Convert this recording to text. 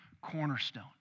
cornerstone